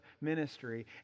ministry